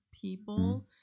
people